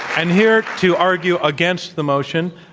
and here to argue against the motion,